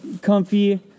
comfy